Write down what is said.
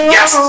Yes